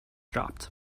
dropped